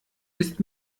ist